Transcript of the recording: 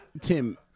Tim